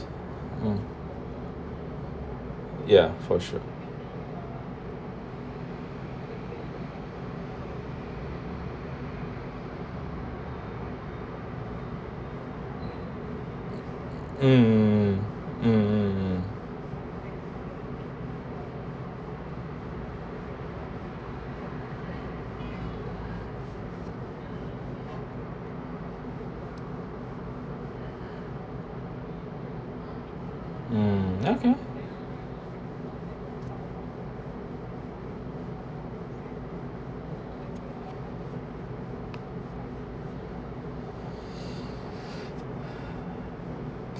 um ya for sure mm mm mm mm um ya ya